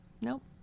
Nope